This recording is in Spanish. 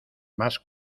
más